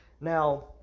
Now